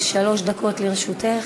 בבקשה, שלוש דקות לרשותך.